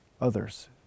others